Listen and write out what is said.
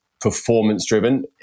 performance-driven